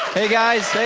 hey guys.